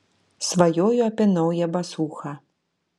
svajoju apie naują basūchą